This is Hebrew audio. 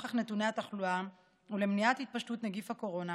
לנוכח נתוני התחלואה ולשם מניעת התפשטות נגיף הקורונה,